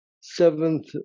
seventh